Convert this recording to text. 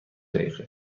دقیقه